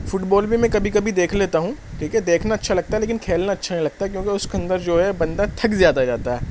fit بال بھی میں کبھی کبھی دیکھ لیتا ہوں ٹھیک ہے دیکھنا اچّھا لگتا ہے لیکن کھیلنا اچّھا نہیں لگتا کیونکہ اس کے اندر جو ہے بندہ تھک جاتا ہے زیادہ